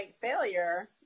failure